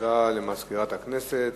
תודה למזכירת הכנסת.